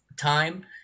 time